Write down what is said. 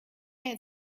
had